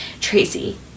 Tracy